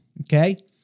Okay